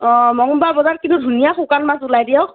অ মংগলবাৰৰ বজাৰত কিন্তু ধুনীয়া শুকান মাছ ওলায় দিয়ক